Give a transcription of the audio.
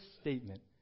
statement